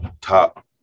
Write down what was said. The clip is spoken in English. top